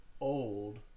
old